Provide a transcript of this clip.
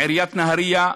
מעיריית נהריה,